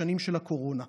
השנים של הקורונה,